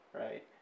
right